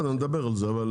נדבר על זה, אבל